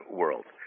world